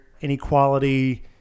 inequality